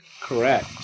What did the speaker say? Correct